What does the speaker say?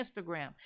Instagram